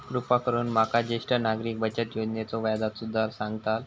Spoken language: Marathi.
कृपा करून माका ज्येष्ठ नागरिक बचत योजनेचो व्याजचो दर सांगताल